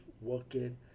working